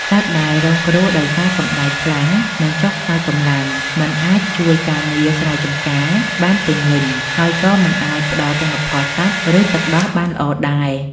សត្វដែលរងគ្រោះដោយសារកម្ដៅខ្លាំង នឹងចុះខ្សោយកម្លាំង មិនអាចជួយការងារស្រែចម្ការបានពេញលេញ ហើយក៏មិនអាចផ្ដល់ទិន្នផលសាច់ ឬទឹកដោះបានល្អដែរ។